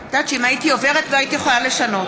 את יודעת שאם הייתי עוברת לא הייתי יכולה לשנות.